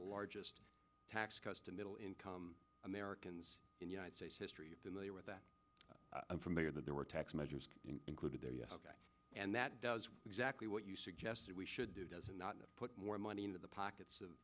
the largest tax cuts to middle income americans in united states history that i'm familiar that there were tax measures included there and that does exactly what you suggested we should do does not put more money into the pockets of